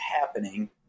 happening